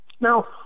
Now